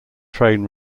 train